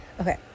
Okay